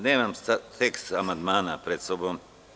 Nemam tekst amandmana pred sobom.